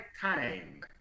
time